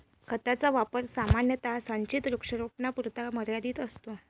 खताचा वापर सामान्यतः सिंचित वृक्षारोपणापुरता मर्यादित असतो